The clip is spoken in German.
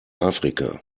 afrika